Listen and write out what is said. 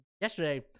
yesterday